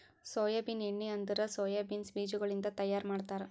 soybean ಎಣ್ಣಿ ಅಂದುರ್ soya beans ಬೀಜಗೊಳಿಂದ್ ತೈಯಾರ್ ಮಾಡ್ತಾರ